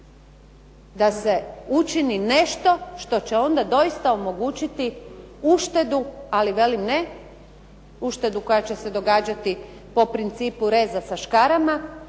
da se učini nešto što će onda doista omogućiti uštedu, ali velim ne uštedu koja će se događati po principu reza sa škarama,